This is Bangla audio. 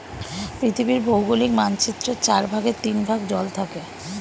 পৃথিবীর ভৌগোলিক মানচিত্রের চার ভাগের তিন ভাগ জল থাকে